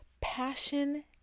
Passion